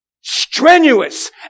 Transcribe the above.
strenuous